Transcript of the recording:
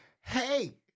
Hey